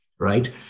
Right